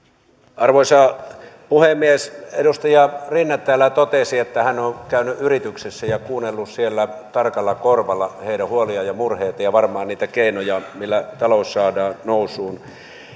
arvoisa puhemies edustaja rinne täällä totesi että hän on käynyt yrityksissä ja kuunnellut siellä tarkalla korvalla heidän huoliaan ja murheitaan ja varmaan niitä keinoja on millä talous saadaan nousuun